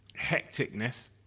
hecticness